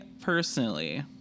personally